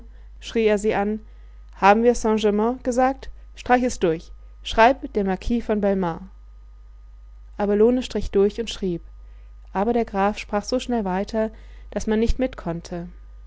schrie er sie an haben wir saint-germain gesagt streich es durch schreib der marquis von belmare abelone strich durch und schrieb aber der graf sprach so schnell weiter daß man nicht mitkonnte